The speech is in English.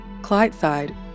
Clydeside